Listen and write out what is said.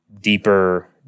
deeper